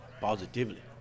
positively